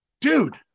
Dude